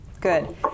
good